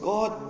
God